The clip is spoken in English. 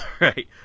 Right